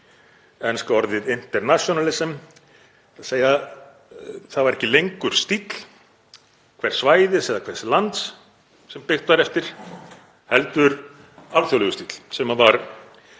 enska orðið „internationalism“, þ.e. það var ekki lengur stíll hvers svæðis eða hvers lands sem byggt var eftir heldur alþjóðlegur stíll sem tók